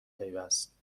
پیوست